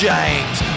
James